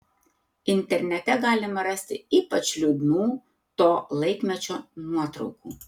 internete galima rasti ypač liūdnų to laikmečio nuotraukų